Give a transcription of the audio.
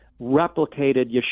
replicated